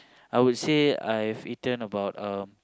I would say I have eaten about um